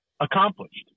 accomplished